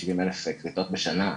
70 אלף כריתות בשנה.